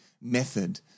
method